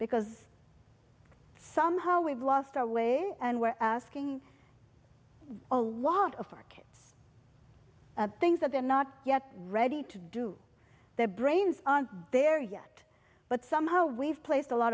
because somehow we've lost our way and we're asking a lot of arc things that they're not yet ready to do their brains aren't there yet but somehow we've placed a lot